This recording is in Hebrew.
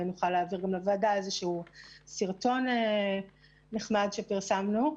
נוכל להעביר גם לוועדה סרטון נחמד שפרסמנו.